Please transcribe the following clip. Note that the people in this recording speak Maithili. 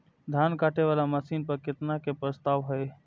धान काटे वाला मशीन पर केतना के प्रस्ताव हय?